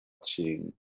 watching